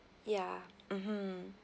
ya mmhmm